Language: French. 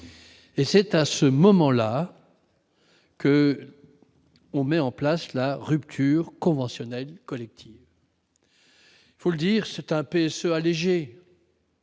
et c'est à ce moment-là que l'on met en place la rupture conventionnelle collective, il faut le dire, c'est un peu ce allégé.